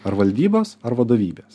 ar valdybos ar vadovybės